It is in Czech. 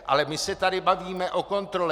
Ale my se tady bavíme o kontrole.